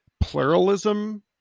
pluralism